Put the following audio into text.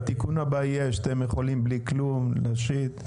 התיקון הבא יהיה שאתם יכולים בלי כלום להשיט,